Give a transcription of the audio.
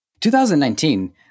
2019